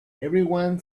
everyone